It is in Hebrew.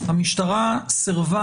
סירבה